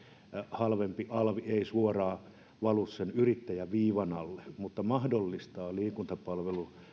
halvempi alvi ei suoraan valu sen yrittäjän viivan alle mutta mahdollistaa liikuntapalvelun